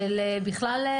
של בכלל.